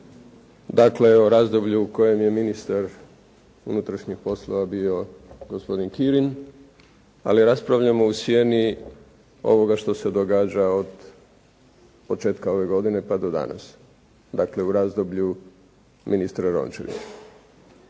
Dakle, o razdoblju u kojem je ministar unutrašnjih poslova bio gospodin Kirin. Ali raspravljamo u sjeni ovoga što se događa od početka ove godine pa do danas. Dakle, u razdoblju ministra Rončevića